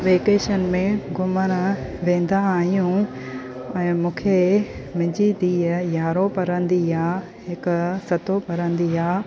vacation में घुमणु वेंदा आहियूं ऐं मूंखे मुंहिंजी धीउ यारहों पढ़ंदी आहे हिकु सतों पढ़ंदी आहे